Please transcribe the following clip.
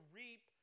reap